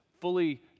fully